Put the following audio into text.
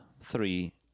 three